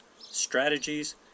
strategies